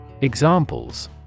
Examples